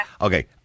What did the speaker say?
Okay